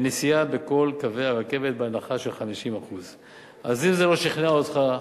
לנסיעה בכל קווי הרכבת בהנחה של 50%. אז אם זה לא שכנע אותך,